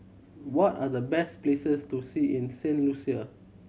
what are the best places to see in Saint Lucia